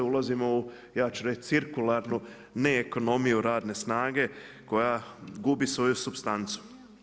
Ulazimo ja ću reći u cirkularnu ne ekonomiju radne snage koja gubi svoju supstancu.